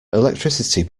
electricity